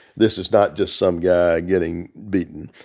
this is not just some guy getting beaten.